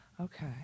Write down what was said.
Okay